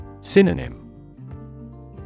Synonym